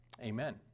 amen